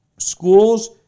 Schools